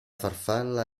farfalla